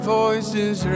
voices